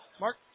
Mark